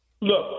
Look